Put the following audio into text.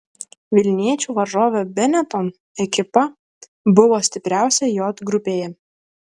vilniečių varžovė benetton ekipa buvo stipriausia j grupėje